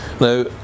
Now